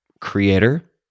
creator